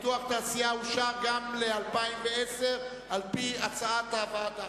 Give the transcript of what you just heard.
פיתוח תעשייה אושר גם ל- 2010, על-פי הצעת הוועדה.